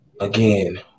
again